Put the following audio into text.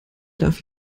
darf